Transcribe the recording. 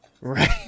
Right